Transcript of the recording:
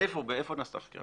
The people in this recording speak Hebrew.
איפה נעשתה חקירה?